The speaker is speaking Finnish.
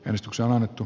risto solmittu